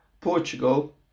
portugal